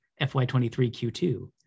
FY23Q2